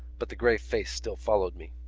but the grey face still followed me.